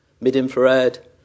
mid-infrared